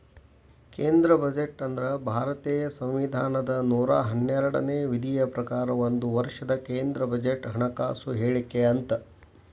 ಕೇಂದ್ರ ಬಜೆಟ್ ಅಂದ್ರ ಭಾರತೇಯ ಸಂವಿಧಾನದ ನೂರಾ ಹನ್ನೆರಡನೇ ವಿಧಿಯ ಪ್ರಕಾರ ಒಂದ ವರ್ಷದ ಕೇಂದ್ರ ಬಜೆಟ್ ಹಣಕಾಸು ಹೇಳಿಕೆ ಅಂತ